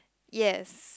yes